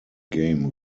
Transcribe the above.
game